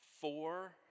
Four